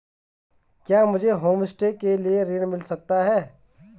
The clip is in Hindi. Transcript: क्या मुझे होमस्टे के लिए ऋण मिल सकता है?